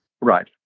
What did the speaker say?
Right